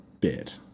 bit